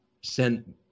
sent